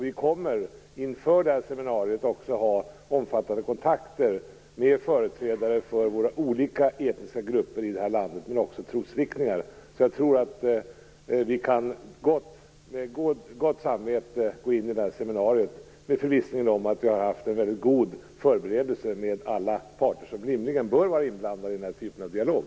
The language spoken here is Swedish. Vi kommer också inför seminariet att ha omfattande kontakter med företrädare för de olika etniska grupperna i det här landet, och även med trosriktningar. Jag tror att vi kan gå in det här seminariet med gott samvete och med förvissningen att vi har haft en väldigt bra förberedelse med alla parter som rimligen bör vara inblandade i den här typen av dialog.